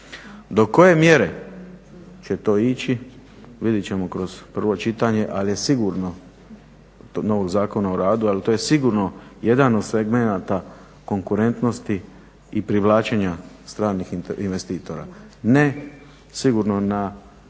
Do koje mjere će to ići vidjet ćemo kroz prvo čitanje, ali je sigurno novog Zakona o radu, ali to je sigurno jedan od segmenata konkurentnosti i privlačenja stranih investitora. Ne sigurno na